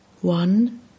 One